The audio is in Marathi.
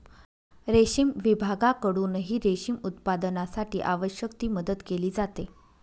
रेशीम विभागाकडूनही रेशीम उत्पादनासाठी आवश्यक ती मदत केली जाते